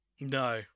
No